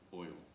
oil